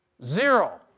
zero.